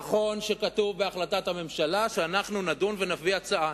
נכון שכתוב בהחלטת הממשלה שאנחנו נדון ונביא הצעה.